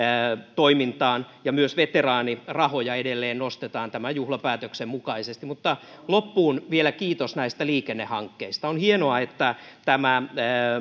toimintaan ja myös veteraanirahoja edelleen nostetaan tämän juhlapäätöksen mukaisesti mutta loppuun vielä kiitos näistä liikennehankkeista on hienoa että